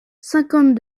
cinquante